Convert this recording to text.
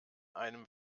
einem